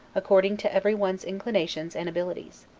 according to every one's inclinations and abilities.